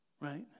Right